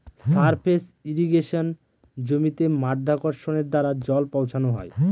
surface ইর্রিগেশনে জমিতে মাধ্যাকর্ষণের দ্বারা জল পৌঁছানো হয়